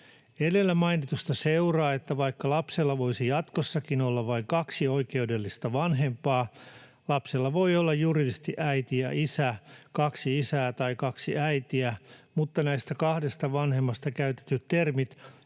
Edellä mainitusta seuraa, että vaikka lapsella voisi jatkossakin olla vain kaksi oikeudellista vanhempaa, lapsella voi olla juridisesti äiti ja isä, kaksi isää tai kaksi äitiä, mutta näistä kahdesta vanhemmasta käytetyt termit